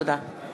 תודה.